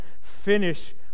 finish